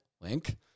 Link